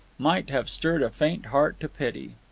might have stirred a faint heart to pity.